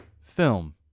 film